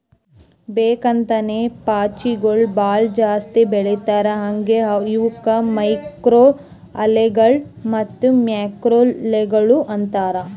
ಬೇಕ್ ಅಂತೇನೆ ಪಾಚಿಗೊಳ್ ಭಾಳ ಜಾಸ್ತಿ ಬೆಳಸ್ತಾರ್ ಹಾಂಗೆ ಇವುಕ್ ಮೈಕ್ರೊಅಲ್ಗೇಗಳ ಮತ್ತ್ ಮ್ಯಾಕ್ರೋಲ್ಗೆಗಳು ಅಂತಾರ್